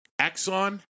Exxon